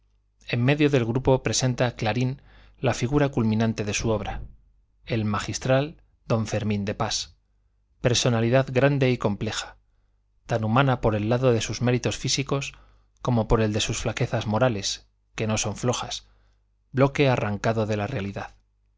en medio del grupo presenta clarín la figura culminante de su obra el magistral don fermín de pas personalidad grande y compleja tan humana por el lado de sus méritos físicos como por el de sus flaquezas morales que no son flojas bloque arrancado de la realidad